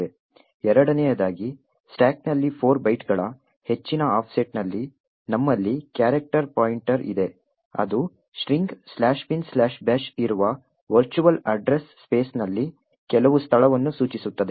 ಎರಡನೆಯದಾಗಿ ಸ್ಟಾಕ್ನಲ್ಲಿ 4 ಬೈಟ್ಗಳ ಹೆಚ್ಚಿನ ಆಫ್ಸೆಟ್ನಲ್ಲಿ ನಮ್ಮಲ್ಲಿ ಕ್ಯಾರೆಕ್ಟರ್ ಪಾಯಿಂಟರ್ ಇದೆ ಅದು ಸ್ಟ್ರಿಂಗ್ "binbash" ಇರುವ ವರ್ಚುವಲ್ ಅಡ್ರೆಸ್ ಸ್ಪೇಸ್ನಲ್ಲಿ ಕೆಲವು ಸ್ಥಳವನ್ನು ಸೂಚಿಸುತ್ತದೆ